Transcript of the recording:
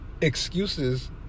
Excuses